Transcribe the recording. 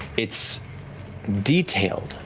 it's detailed,